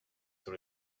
sur